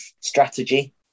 strategy